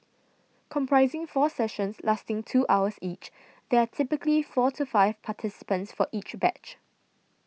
comprising four sessions lasting two hours each there are typically four to five participants for each batch